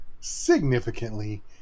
significantly